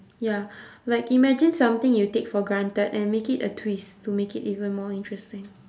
ya like imagine something you take for granted and make it a twist to make it even more interesting